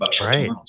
Right